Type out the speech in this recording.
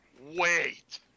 wait